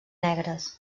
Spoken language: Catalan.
negres